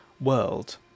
world